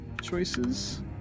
choices